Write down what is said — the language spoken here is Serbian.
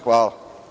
Hvala.